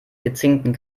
gezinkten